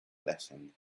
blessing